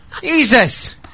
Jesus